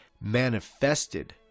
manifested